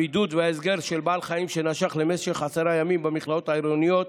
הבידוד וההסגר של בעל חיים שנשך למשך עשרה ימים במכלאות העירוניות